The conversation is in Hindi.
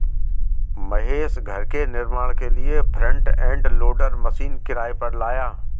महेश घर के निर्माण के लिए फ्रंट एंड लोडर मशीन किराए पर लाया